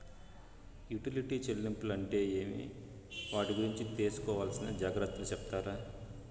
Utility చెల్లింపులు అంటే ఏమి? వాటి గురించి తీసుకోవాల్సిన జాగ్రత్తలు సెప్తారా?